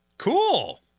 Cool